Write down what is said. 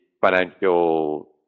financial